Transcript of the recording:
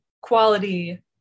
quality